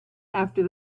after